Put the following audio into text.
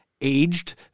aged